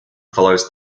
follows